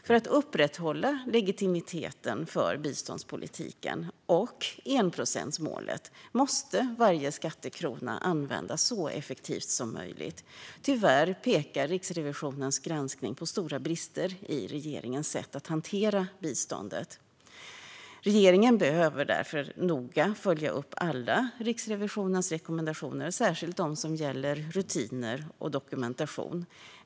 För att upprätthålla legitimiteten för biståndspolitiken och enprocentsmålet måste varje skattekrona användas så effektivt som möjligt. Tyvärr pekar Riksrevisionens granskning på stora brister i regeringens sätt att hantera biståndet. Regeringen behöver därför noga följa upp alla Riksrevisionens rekommendationer, särskilt dem som gäller rutiner och dokumentation.